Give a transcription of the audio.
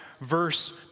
verse